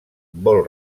vol